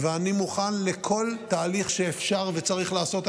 ואני מוכן לכל תהליך שאפשר וצריך לעשות.